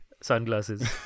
sunglasses